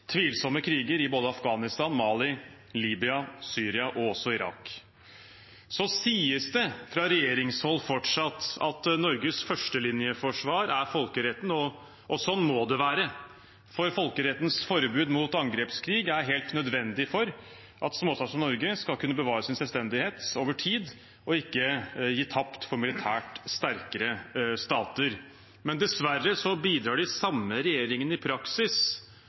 tvilsomme kriger i både Afghanistan, Mali, Libya, Syria og Irak. Det sies fortsatt fra regjeringshold at Norges førstelinjeforsvar er folkeretten, og sånn må det være, for folkerettens forbud mot angrepskrig er helt nødvendig for at småstater som Norge skal kunne bevare sin selvstendighet over tid og ikke gi tapt for militært sterkere stater. Men dessverre bidrar de samme regjeringene i praksis